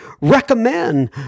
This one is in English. recommend